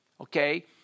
okay